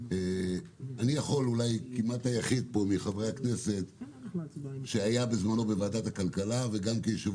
אני אולי כמעט היחיד פה מחברי הכנסת שהיה בזמנו בוועדת הכלכלה וגם כיושב